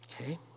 Okay